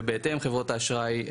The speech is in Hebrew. ובהתאם חברות האשראי,